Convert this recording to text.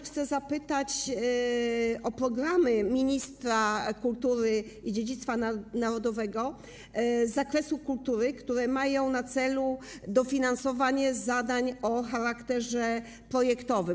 Chcę zapytać o programy ministra kultury i dziedzictwa narodowego z zakresu kultury, które mają na celu dofinansowanie zadań o charakterze projektowym.